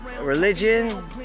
religion